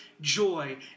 joy